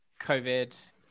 COVID